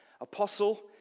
Apostle